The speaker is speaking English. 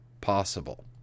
possible